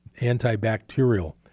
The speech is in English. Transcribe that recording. antibacterial